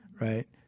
Right